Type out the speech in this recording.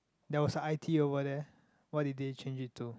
there was i_t over there what did they change it to